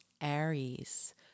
Aries